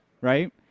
right